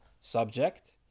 subject